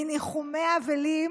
מניחומי אבלים